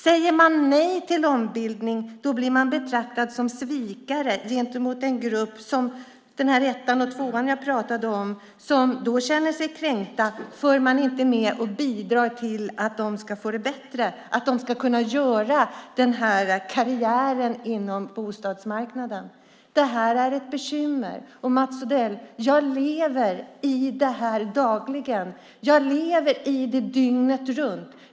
Säger man nej till ombildning blir man betraktad som en svikare gentemot en grupp, den här ettan och tvåan jag pratade om, som känner sig kränkt för att de som säger nej inte är med bidrar till att gruppen ska få det bättre och kunna göra karriär på bostadsmarknaden. Detta är ett bekymmer. Jag lever i det här dagligen, Mats Odell. Jag lever i det dygnet runt.